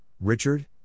Richard